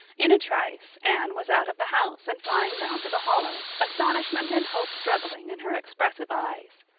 in a trice anne was out of the house and flying down to the hollow, astonishment and hope struggling in her expressive eyes.